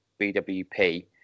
BWP